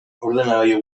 ordenagailu